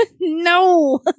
No